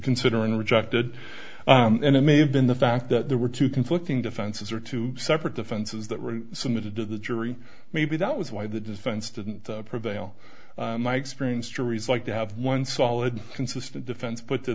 consider and rejected and it may have been the fact that there were two conflicting defenses or two separate defenses that were submitted to the jury maybe that was why the defense didn't prevail my experience juries like to have one solid consistent defense put to